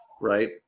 right